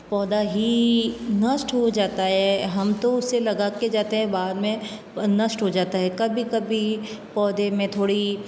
पौधा ही नष्ट हो जाता है हम तो उसे लगाके जाते हैं बाद में वह नष्ट हो जाता है कभी कभी पौधे में थोड़ी